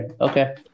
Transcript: Okay